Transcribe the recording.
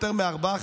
יותר מארבעה,